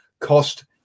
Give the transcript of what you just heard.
cost